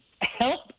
help